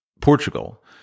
Portugal